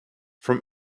from